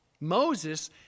Moses